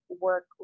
work